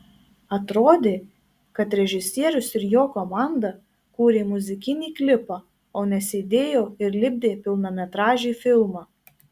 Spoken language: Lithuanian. atrodė kad režisierius ir jo komanda kūrė muzikinį klipą o ne sėdėjo ir lipdė pilnametražį filmą